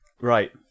Right